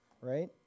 right